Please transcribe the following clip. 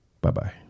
Bye-bye